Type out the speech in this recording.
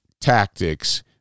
tactics